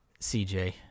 CJ